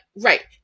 right